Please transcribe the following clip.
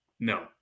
No